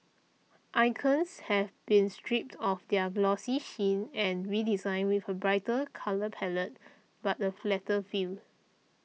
icons have been stripped of their glossy sheen and redesigned with a brighter colour palette but a flatter feel